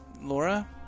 Laura